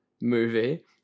movie